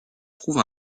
trouve